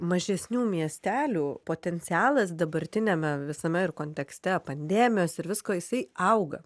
mažesnių miestelių potencialas dabartiniame visame ir kontekste pandemijos ir visko jisai auga